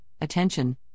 Attention